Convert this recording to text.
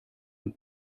dem